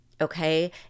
Okay